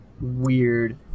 weird